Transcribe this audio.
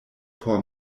por